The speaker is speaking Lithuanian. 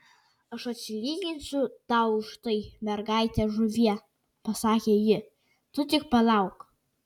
aš atsilyginsiu tau už tai mergaite žuvie pasakė ji tu tik palauk